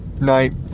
night